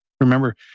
Remember